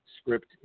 script